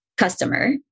Customer